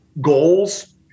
goals